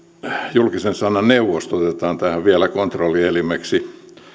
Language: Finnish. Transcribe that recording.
julkisen sanan neuvosto otetaan tähän vielä kontrollielimeksi